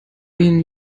ihnen